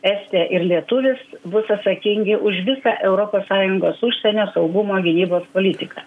estė ir lietuvis bus atsakingi už visą europos sąjungos užsienio saugumo gynybos politiką